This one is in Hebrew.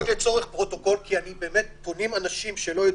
רק לצורך הפרוטוקול, פונים אנשים שלא יודעים: